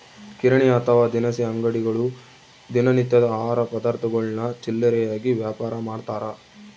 ಕಿರಾಣಿ ಅಥವಾ ದಿನಸಿ ಅಂಗಡಿಗಳು ದಿನ ನಿತ್ಯದ ಆಹಾರ ಪದಾರ್ಥಗುಳ್ನ ಚಿಲ್ಲರೆಯಾಗಿ ವ್ಯಾಪಾರಮಾಡ್ತಾರ